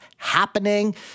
Happening